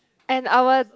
and our